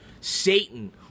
Satan